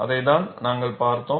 அதைத்தான் நாங்கள் பார்த்தோம்